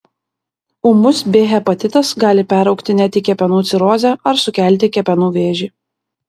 ūmus b hepatitas gali peraugti net į kepenų cirozę ar sukelti kepenų vėžį